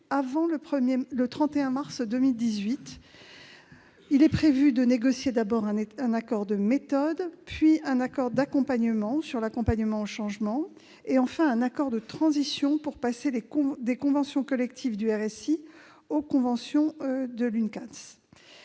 avant le 31 mars 2018. Il est prévu de négocier d'abord un accord de méthode, puis un accord d'accompagnement au changement, et enfin un accord de transition pour passer des conventions collectives du RSI aux conventions de l'Union